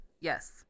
Yes